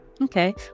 Okay